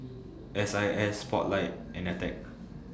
S I S Spotlight and Attack